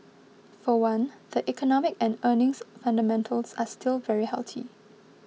for one the economic and earnings fundamentals are still very healthy